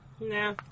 Nah